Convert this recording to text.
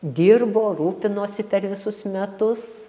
dirbo rūpinosi per visus metus